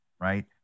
right